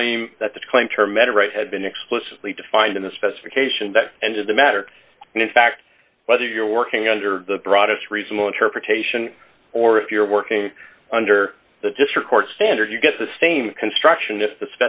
claim that the clincher measure right had been explicitly defined in the specification that ended the matter and in fact whether you're working under the broadest reasonable interpretation or if you're working under the district court standard you get the same construction if the